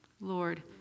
Lord